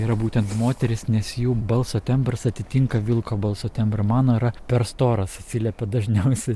yra būtent moterys nes jų balso tembras atitinka vilko balso tembrą mano yra per storas atsiliepia dažniausiai